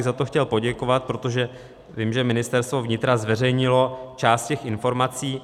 Za to bych chtěl poděkovat, protože vím, že Ministerstvo vnitra zveřejnilo část těch informací.